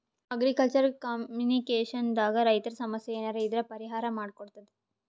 agriculture communication ದಾಗ್ ರೈತರ್ ಸಮಸ್ಯ ಏನರೇ ಇದ್ರ್ ಪರಿಹಾರ್ ಮಾಡ್ ಕೊಡ್ತದ್